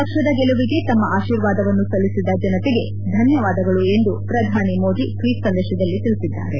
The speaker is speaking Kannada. ಪಕ್ಷದ ಗೆಲುವಿಗೆ ತಮ್ಮ ಆಶೀರ್ವಾದವನ್ನು ಸಲ್ಲಿಸಿದ ಜನತೆಗೆ ಧನ್ಯವಾದಗಳು ಎಂದು ಪ್ರಧಾನಿ ಮೋದಿ ಟ್ವೀಟ್ ಸಂದೇಶದಲ್ಲಿ ತಿಳಿಸಿದ್ದಾರೆ